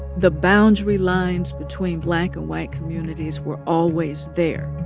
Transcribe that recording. the boundary lines between black and white communities were always there.